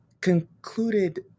concluded